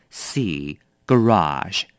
c,garage